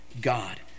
God